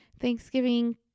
thanksgiving